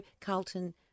Carlton